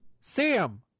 Sam